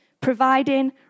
providing